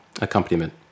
accompaniment